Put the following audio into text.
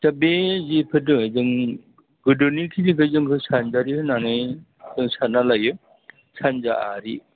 दा बे जिफोर दङ जों गोदोनि थिलिखौ जोंखौ सानजारि होननानै सानना लायो सानजा आरि